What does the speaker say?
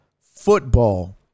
football